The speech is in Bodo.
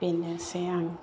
बेनोसै आं